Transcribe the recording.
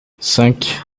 cinq